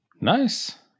Nice